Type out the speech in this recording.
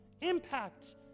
impact